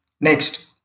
Next